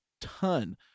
ton